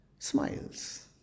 Smiles